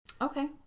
Okay